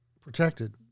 protected